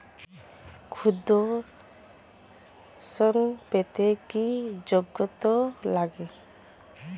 ক্ষুদ্র ঋণ পেতে কি যোগ্যতা লাগে?